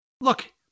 look